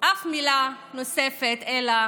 אף מילה נוספת אלא